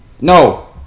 No